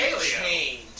change